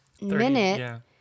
minute